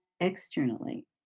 externally